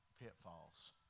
pitfalls